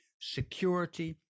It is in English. security